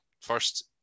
first